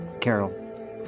Carol